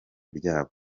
ryabo